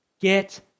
Get